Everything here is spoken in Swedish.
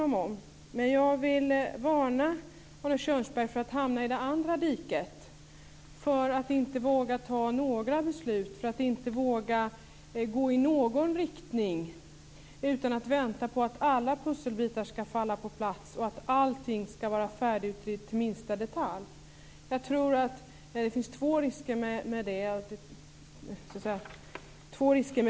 Men jag vill varna Arne Kjörnsberg för att hamna i det andra diket, för att inte våga fatta några beslut, för att inte våga gå i någon riktning utan att vänta på att alla pusselbitar skall falla på plats och att allting skall vara färdigutrett i minsta detalj. Det finns två risker med det diket.